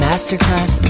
Masterclass